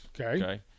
okay